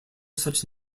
such